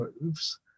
moves